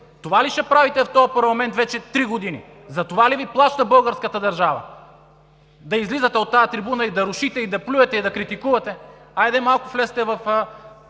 Това ли правите в този парламент вече три години?! Затова ли Ви плаща българската държава – да излизате от тази трибуна и да рушите, да плюете и да критикувате?! Хайде малко влезте,